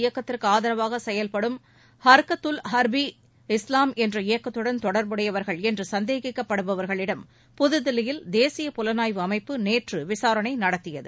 இயக்கத்திற்கு ஆதரவாக செயல்படும் தீவிரவாத ஹர்கத் டல் ஐஎஸ் ஹர்ப் ஈ இஸ்வாம் என்ற இயக்கத்துடன் தொடர்புடையவர்கள் என்று சந்தேகிக்கப்படுபவர்களிடம் புதுதில்லியில் தேசிய புலனாய்வு அமைப்பு நேற்ற விசாரணை நடத்தியது